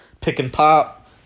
pick-and-pop